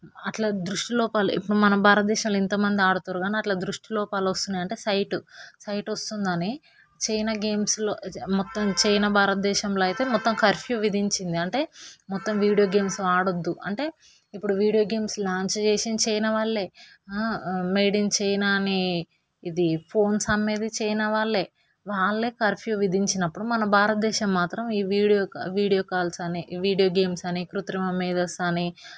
అట్ల దృష్టి రూపాలు ఇప్పుడు మన భారతదేశంలో ఎంతోమంది ఆడుతుర్రు కానీ అట్ల దృష్టి లోపాలు వస్తున్నాయి అంటే సైట్ సైట్ వస్తుందని చైనా గేమ్స్లో మొత్తం చైనా భారతదేశంలో అయితే మొత్తం కర్ఫ్యూ విధించింది అంటే మొత్తం వీడియో గేమ్స్ ఆడద్దు అంటే ఇప్పుడు వీడియో గేమ్స్ లాంచ్ చేసింది చైనా వాళ్ళే మేడ్ ఇన్ చైనా అని ఇది ఫోన్స్ అమ్మేది చైనా వాళ్ళే వాళ్ళే కర్ఫ్యూ విధించినప్పుడు మన భారతదేశం మాత్రం ఈ వీడియో కాల్స్ అని వీడియో గేమ్స్ అని కృత్రిమ మేధస్సు అని